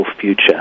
future